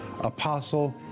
apostle